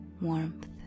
warmth